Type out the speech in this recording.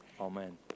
Amen